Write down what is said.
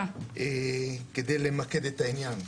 כדי למקד את העניין,